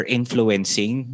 influencing